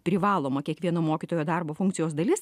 privaloma kiekvieno mokytojo darbo funkcijos dalis